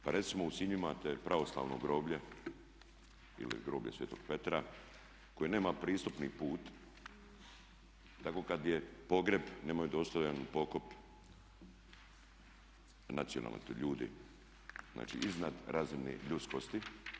Pa recimo u Sinju imate pravoslavno groblje ili groblje Svetog Petra koje nema pristupni put i tako kad je pogreb nemaju dostojan pokop nacionalni ti ljudi, znači iznad razine ljudskosti.